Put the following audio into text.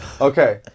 okay